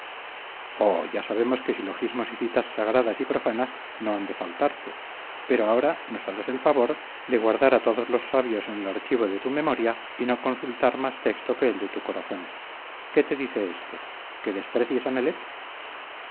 oh ya sabemos que silogismos y citas sagradas y profanas no han de faltarte pero ahora nos harás el favor de guardar a todos los sabios en el archivo de tu memoria y no consultar más texto que el de tu corazón qué te dice este que desprecies a nelet